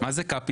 מה זה קפיטול?